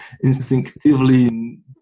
instinctively